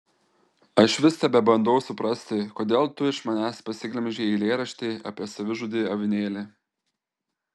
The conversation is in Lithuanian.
aš vis tebebandau suprasti kodėl tu iš manęs pasiglemžei eilėraštį apie savižudį avinėlį